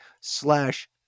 slash